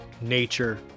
Nature